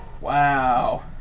Wow